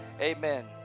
amen